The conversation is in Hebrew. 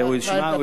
הנה שר האוצר.